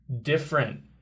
different